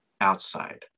outside